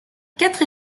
quatre